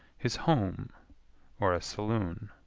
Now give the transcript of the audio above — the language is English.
his home or a saloon.